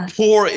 pour